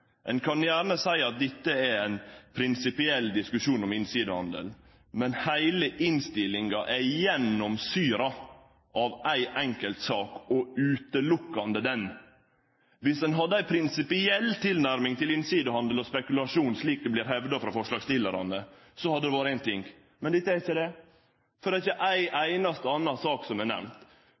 Ein kan gjerne seie at dette er ein prinsipiell diskusjon om innsidehandel, men heile innstillinga er gjennomsyra av ei enkelt sak, og berre den. Om ein hadde ei prinsipiell tilnærming til innsidehandel og spekulasjon, slik det blir hevda frå forslagsstillarane, hadde det vore éin ting, men det er ikkje det. Det er ikkje ei einaste anna sak som er